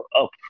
up